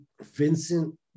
Vincent